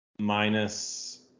minus